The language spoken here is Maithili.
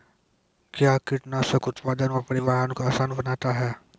कया कीटनासक उत्पादन व परिवहन को आसान बनता हैं?